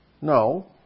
No